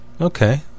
Okay